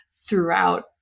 throughout